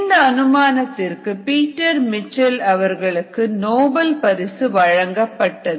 இந்த அனுமானத்திற்கு Peter Mitchell அவர்களுக்கு நோபல் பரிசு வழங்கப்பட்டது